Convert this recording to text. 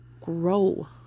grow